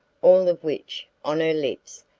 all of which, on her lips,